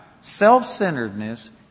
Self-centeredness